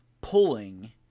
pulling